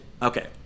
Okay